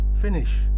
Finish